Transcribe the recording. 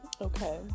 Okay